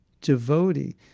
devotee